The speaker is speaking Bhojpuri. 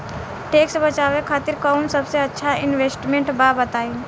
टैक्स बचावे खातिर कऊन सबसे अच्छा इन्वेस्टमेंट बा बताई?